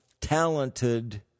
talented